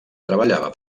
treballava